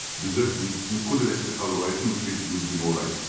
desert means you could have acted otherwise, in which case you would have been all right,